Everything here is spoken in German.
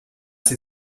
sie